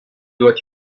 what